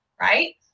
right